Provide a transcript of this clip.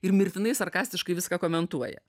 ir mirtinai sarkastiškai viską komentuoja